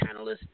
panelists